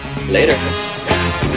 Later